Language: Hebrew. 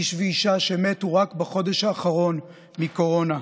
איש ואישה, שמתו רק בחודש האחרון מקורונה.